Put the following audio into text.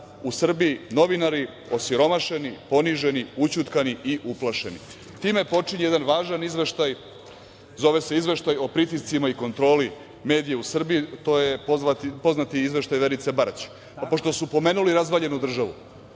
u Srbiji novinari osiromašeni, poniženi, ućutkani i uplašeni. Time počinje jedan važan izveštaj ,zove se Izveštaj o pritiscima i kontroli medija u Srbiji, to je poznati izveštaj Verice Barać. Pošto su pomenuli razvaljenu državu,